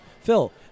Phil